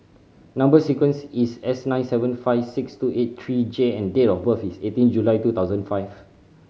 number sequence is S nine seven five six two eight three J and date of birth is eighteen July two thousand five